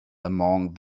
among